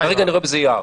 כרגע אני רואה בזה יער.